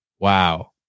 Wow